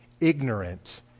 ignorant